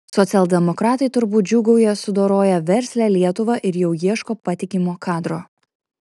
socialdemokratai turbūt džiūgauja sudoroję verslią lietuvą ir jau ieško patikimo kadro